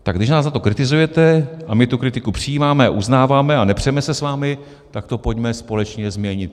Tak když nás za to kritizujete, a my tu kritiku přijímáme a uznáváme a nepřeme se s vámi, tak to pojďme společně změnit.